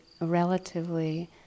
relatively